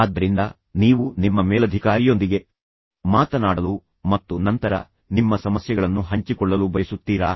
ಆದ್ದರಿಂದ ನೀವು ನಿಮ್ಮ ಮೇಲಧಿಕಾರಿಯೊಂದಿಗೆ ಮಾತನಾಡಲು ಮತ್ತು ನಂತರ ನಿಮ್ಮ ಸಮಸ್ಯೆಗಳನ್ನು ಹಂಚಿಕೊಳ್ಳಲು ಬಯಸುತ್ತೀರಾ